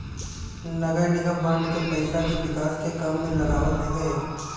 नगरनिगम बांड के पईसा के विकास के काम में लगावत हवे